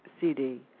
CD